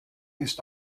ist